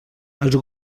els